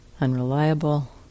unreliable